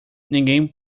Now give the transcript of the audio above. ninguém